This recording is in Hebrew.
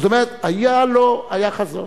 זאת אומרת, היה חזון.